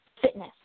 fitness